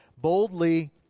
boldly